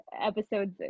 episodes